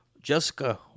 Jessica